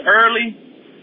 early